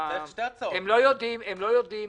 הם לא יודעים